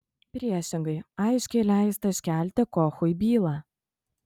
priešingai aiškiai leista iškelti kochui bylą